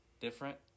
different